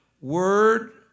word